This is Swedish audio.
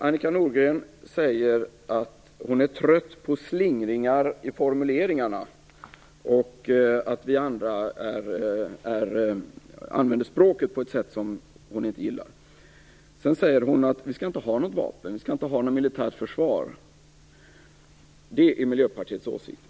Annika Nordgren säger att hon är trött på slingringar i formuleringarna och säger att vi andra använder språket på ett sätt som hon inte gillar. Sedan säger hon att vi inte skall ha några vapen, vi skall inte ha något militärt försvar. Det är Miljöpartiets åsikt.